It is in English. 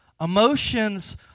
Emotions